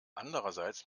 andererseits